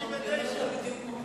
מה יקרה כשיש גשם?